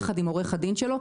יחד עם עורך הדין שלו,